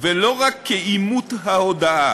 ולא רק כאימות ההודאה,